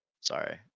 Sorry